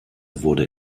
wurde